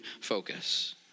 focus